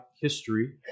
history